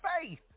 faith